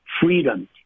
freedom